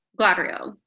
Gladriel